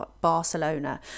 Barcelona